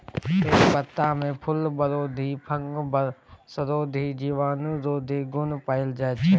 तेजपत्तामे फुलबरोधी, फंगसरोधी, जीवाणुरोधी गुण पाएल जाइ छै